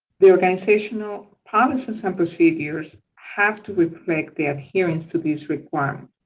the organizational policies and procedures have to reflect the adherence to these requirements.